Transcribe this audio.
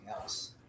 else